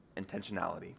intentionality